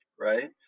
right